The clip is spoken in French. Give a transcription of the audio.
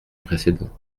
précédent